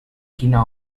quina